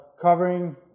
covering